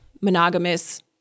monogamous